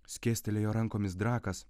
skėstelėjo rankomis drakas